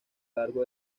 largo